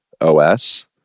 OS